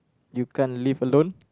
you can't live alone